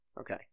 Okay